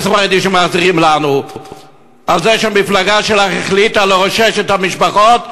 על כסף חרדי שמחזירים לנו על זה שהמפלגה שלך החליטה לרושש את המשפחות.